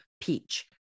peach